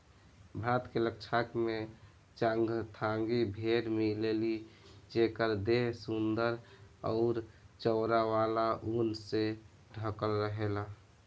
भारत के लद्दाख में चांगथांगी भेड़ मिलेली जेकर देह सुंदर अउरी चौड़ा वाला ऊन से ढकल रहेला